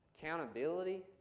Accountability